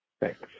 Thanks